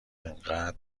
اونقدر